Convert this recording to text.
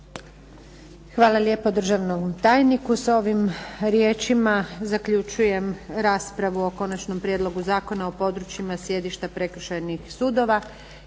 Hvala lijepo državnom tajniku. S ovim riječima zaključujem raspravu o Konačnom prijedlogu Zakona o područjima sjedišta prekršajnih sudova.